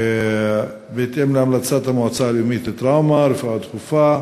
בהתאם להמלצת המועצה הלאומית לטראומה ורפואה דחופה.